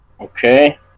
Okay